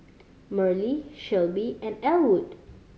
Merle Shelbie and Ellwood